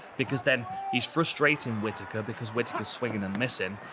because then he's frustrating whittaker because whittaker's swinging and missing.